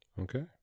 Okay